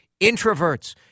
Introverts